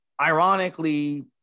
ironically